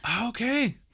okay